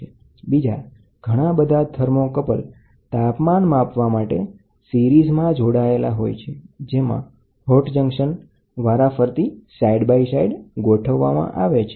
તો આ અને બીજા ઘણા બધા થર્મોકપલ તાપમાન માપવા માટે સિરીઝમાં જોડાયેલા હોય છે જેમાં હોટ જંકશન વારાફરતી ગોઠવવામાં આવે છે